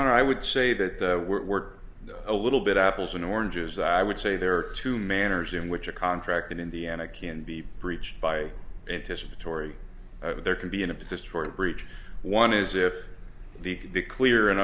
honor i would say that we're a little bit apples and oranges i would say there are two manners in which a contract in indiana can be breached by anticipatory that there can be in a position for breach one is if the clear and